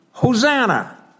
Hosanna